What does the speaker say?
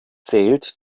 zählt